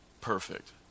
perfect